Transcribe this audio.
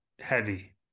heavy